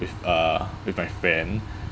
with uh with my friend